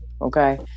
Okay